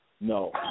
No